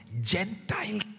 Gentile